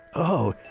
oh,